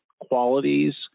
qualities